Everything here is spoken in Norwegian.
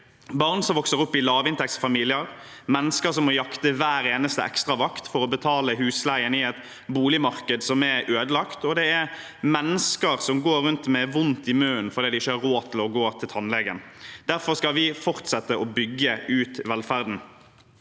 barn som vokser opp i lavinntektsfamilier, mennesker som må jakte hver eneste ekstravakt for å betale husleien i et boligmarked som er ødelagt, og mennesker som går rundt med vondt i munnen fordi de ikke har råd til å gå til tannlegen. Derfor skal vi fortsette å bygge ut velferden.